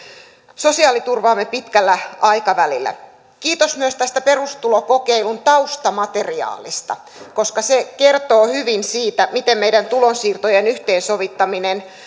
sosiaaliturvaamme pitkällä aikavälillä kiitos myös tästä perustulokokeilun taustamateriaalista koska se kertoo hyvin siitä miten meidän tulonsiirtojen yhteensovittaminen